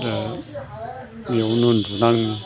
दा बेवनो उन्दुनाङो